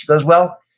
goes, well,